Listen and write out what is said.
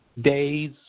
days